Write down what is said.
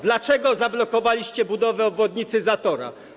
Dlaczego zablokowaliście budowę obwodnicy Zatora?